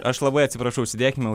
aš labai atsiprašau užsidėkime